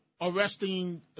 arresting